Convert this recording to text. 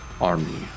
army